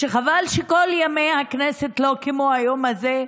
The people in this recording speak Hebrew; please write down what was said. חבל שכל ימי הכנסת הם לא כמו היום הזה,